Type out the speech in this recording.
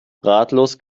ratlos